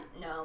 No